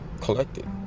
collected